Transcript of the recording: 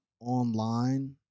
online